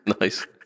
nice